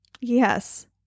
Yes